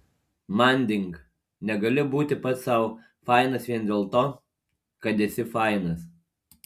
manding negali būti pats sau fainas vien dėl to kad esi fainas